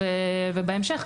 ובהמשך,